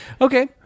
okay